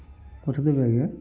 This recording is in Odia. ପଠାଇଦେବେ ଆଜ୍ଞା